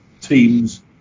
teams